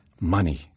money